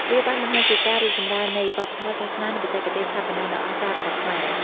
វាបានបង្ហាញពីការរីកចម្រើននៃវប្បធម៌ សាសនា និងបច្ចេកទេសស្ថាបនាដ៏អស្ចារ្យរបស់ខ្មែរ។